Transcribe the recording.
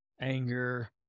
anger